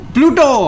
Pluto